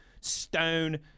stone